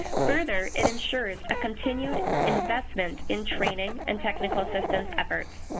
further, it ensures a continued investment in training and technical assistance efforts.